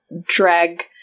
drag